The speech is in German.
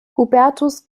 hubertus